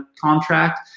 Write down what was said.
contract